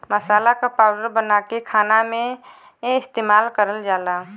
मसाला क पाउडर बनाके खाना में इस्तेमाल करल जाला